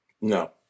No